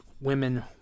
women